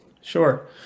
Sure